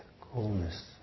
coolness